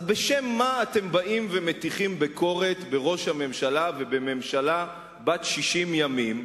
אז בשם מה אתם באים ומטיחים ביקורת בראש הממשלה ובממשלה בת 60 ימים,